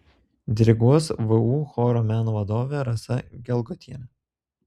diriguos vu chorų meno vadovė rasa gelgotienė